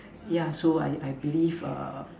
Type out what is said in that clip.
yeah so I I believe err